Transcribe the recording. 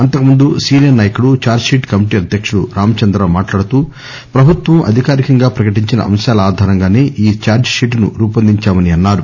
అంతకు ముందు సీనియర్ నాయకుడు ఛార్ల్ పీట్ కమిటీ అద్యకుడు రామచంద్ర రావు మాట్లాడుతూ ప్రభుత్వం అధికారికంగా ప్రకటించిన అంశాల అధారంగానే ఈ ఛార్డ్ షీట్ ను రూపొందించారని ఆయన చెప్పారు